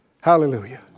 Hallelujah